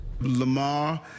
Lamar